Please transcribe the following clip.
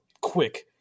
quick